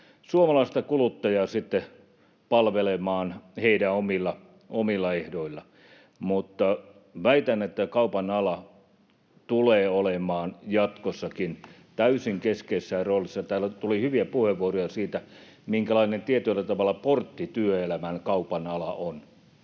suomalaista kuluttajaa sitten palvelemaan heidän omilla ehdoillaan. Mutta väitän, että kaupanala tulee olemaan jatkossakin täysin keskeisessä roolissa. Täällä tuli hyviä puheenvuoroja siitä, minkälainen tietyllä tavalla portti työelämään kaupanala on.